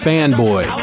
Fanboy